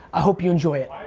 i hope you enjoy it.